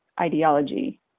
ideology